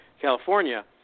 California